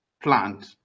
plant